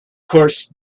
course